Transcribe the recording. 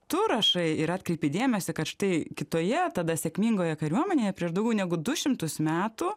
tu rašai ir atkreipei dėmesį kad štai kitoje tada sėkmingoje kariuomenėje prieš daugiau negu du šimtus metų